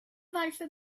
varför